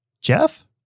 Jeff